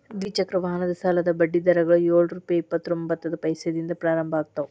ದ್ವಿಚಕ್ರ ವಾಹನದ ಸಾಲದ ಬಡ್ಡಿ ದರಗಳು ಯೊಳ್ ರುಪೆ ಇಪ್ಪತ್ತರೊಬಂತ್ತ ಪೈಸೆದಿಂದ ಪ್ರಾರಂಭ ಆಗ್ತಾವ